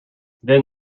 then